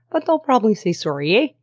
but they'll probably say, sorry,